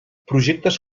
projectes